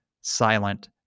silent